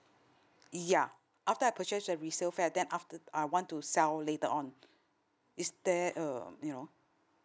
yeah after I purchase a resale flat then after I want to sell later on is there uh you know